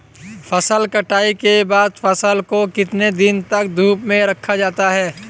फसल कटाई के बाद फ़सल को कितने दिन तक धूप में रखा जाता है?